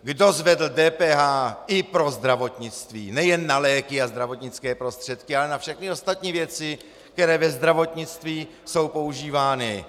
Kdo zvedl DPH i pro zdravotnictví nejen na léky a zdravotnické prostředky, ale na všechny ostatní věci, které ve zdravotnictví jsou používány?